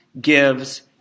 gives